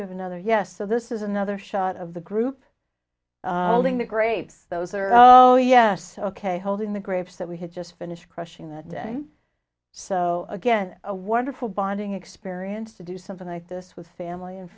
we have another yes so this is another shot of the group the grapes those are oh yes ok holding the grapes that we had just finished crushing that day so again a wonderful bonding experience to do something like this with family and